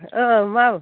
औ माव